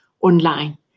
online